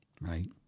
right